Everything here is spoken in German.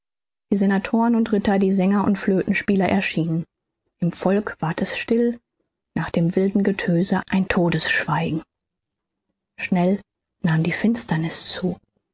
die senatoren und ritter die sänger und flötenspieler erschienen im volke ward es still nach dem wilden getöse ein todesschweigen schnell nahm die finsterniß zu